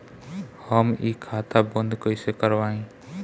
हम इ खाता बंद कइसे करवाई?